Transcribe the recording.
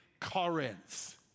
Corinth